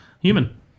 Human